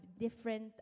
different